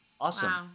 awesome